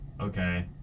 Okay